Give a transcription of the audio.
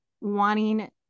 wanting